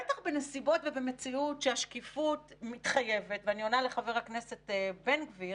בטח בנסיבות ובמציאות שהשקיפות מתחייבת ואני עונה לחבר הכנסת בן גביר,